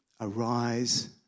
arise